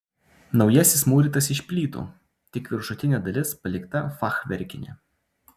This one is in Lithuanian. naujasis mūrytas iš plytų tik viršutinė dalis palikta fachverkinė